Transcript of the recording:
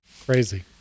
Crazy